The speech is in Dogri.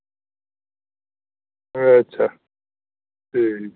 अच्छा ठीक